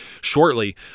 shortly